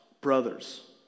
brothers